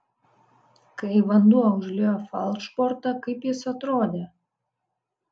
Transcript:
kai vanduo užliejo falšbortą kaip jis atrodė